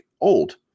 old